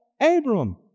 Abram